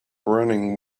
running